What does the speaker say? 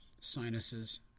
sinuses